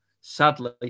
sadly